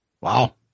Wow